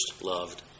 loved